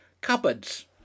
cupboards